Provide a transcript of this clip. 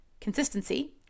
Consistency